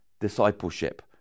discipleship